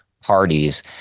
Parties